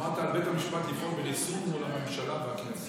אמרת: על בית המשפט לפעול בריסון מול הממשלה והכנסת.